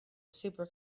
super